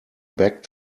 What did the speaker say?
back